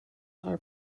are